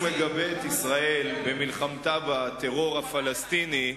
כלומר, מבחינתך, הנשיא אובמה,